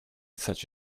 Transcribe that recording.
such